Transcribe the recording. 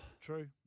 True